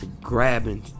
Grabbing